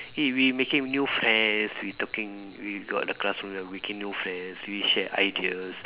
he we making new friends we talking we got the classroom that we making new friends we share ideas